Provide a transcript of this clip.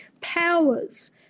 Powers